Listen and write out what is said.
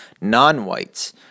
non-whites